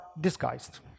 disguised